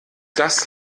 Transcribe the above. das